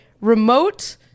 remote